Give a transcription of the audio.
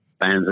fans